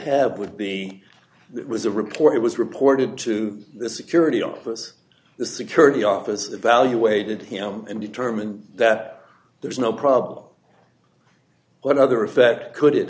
have would be was a report it was reported to the security office the security office evaluated him and determined that there is no problem what other effect could it